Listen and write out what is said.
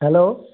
hello